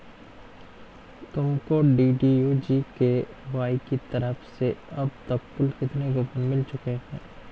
तुमको DDU GKY की तरफ से अब तक कुल कितने कूपन मिल चुके हैं?